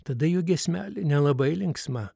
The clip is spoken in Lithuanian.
tada jų giesmelė nelabai linksma